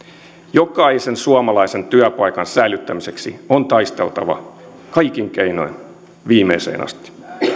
jokaisen suomalaisen työpaikan säilyttämiseksi on taisteltava kaikin keinoin viimeiseen asti